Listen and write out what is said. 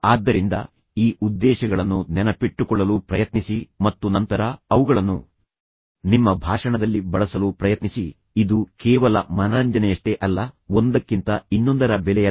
ಆದ್ದರಿಂದ ಈ ಉದ್ದೇಶಗಳನ್ನು ನೆನಪಿಟ್ಟುಕೊಳ್ಳಲು ಪ್ರಯತ್ನಿಸಿ ಮತ್ತು ನಂತರ ಅವುಗಳನ್ನು ನಿಮ್ಮ ಭಾಷಣದಲ್ಲಿ ಬಳಸಲು ಪ್ರಯತ್ನಿಸಿ ಇದು ಕೇವಲ ಮನರಂಜನೆಯಷ್ಟೇ ಅಲ್ಲ ಒಂದಕ್ಕಿಂತ ಇನ್ನೊಂದರ ಬೆಲೆಯಲ್ಲ